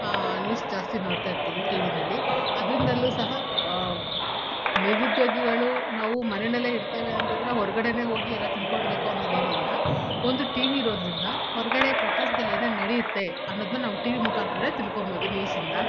news ಜಾಸ್ತಿ ನೋಡ್ತಾ ಇರ್ತೀವಿ ಟಿ ವಿನಲ್ಲಿ ಅದರಿಂದಲು ಸಹ ನಿರುದ್ಯೋಗಿಗಳು ನಾವು ಮನೆಯಲ್ಲೆ ಇರ್ತೇವೆ ಅಂತಂದರೆ ಹೊರ್ಗಡೆ ಹೋಗಿ ಎಲ್ಲಾ ತಿಳ್ಕೊಳ್ಬೇಕು ಅನ್ನೊದೇನಿಲ್ಲ ಒಂದು ಟಿ ವಿ ಇರೋದರಿಂದ ಹೊರಗಡೆ ಪ್ರಪಂಚ್ದಲ್ಲಿ ಏನೇನು ನಡೆಯುತ್ತೆ ಅನ್ನೋದನ್ನ ನಾವು ಟಿ ವಿ ಮುಖಾಂತ್ರ ತಿಳ್ಕೊಂಬೋದು ನ್ಯೂಸಿಂದ